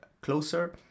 closer